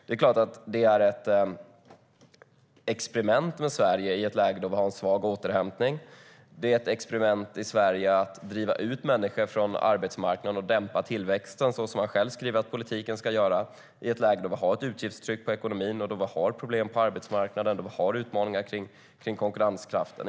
Det är klart att det är ett experiment med Sverige i ett läge när vi har en svag återhämtning. Det är ett experiment att driva ut människor från arbetsmarknaden i Sverige och dämpa tillväxten, såsom man skriver att politiken ska göra, i ett läge då vi har ett utgiftstryck på ekonomin, då vi har problem på arbetsmarknaden, då vi har utmaningar vad gäller konkurrenskraften.